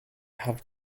have